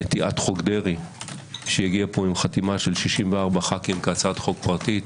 נטיעת חוק דרעי שהגיעה עם חתימת 64 ח"כים כהצעת חוק פרטית,